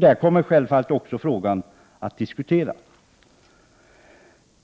Där kommmer självfallet också frågan att diskuteras.